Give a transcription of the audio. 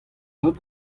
seurt